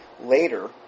later